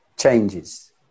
Changes